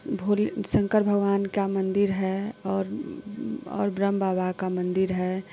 भोले शंकर भगवान का मन्दिर है और ऊ और ब्रह्म बाबा का मन्दिर है